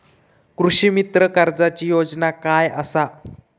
कृषीमित्र कर्जाची योजना काय असा?